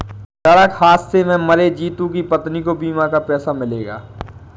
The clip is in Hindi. सड़क हादसे में मरे जितू की पत्नी को बीमा का पैसा मिलेगा